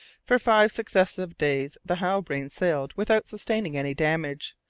for five successive days the halbrane sailed without sustaining any damage,